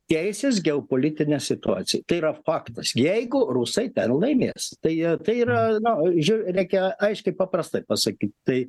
keisis geopolitinė situacija tai yra faktas jeigu rusai ten laimės tai jie tai yra nu žiū reikia aiškiai paprastai pasakyt tai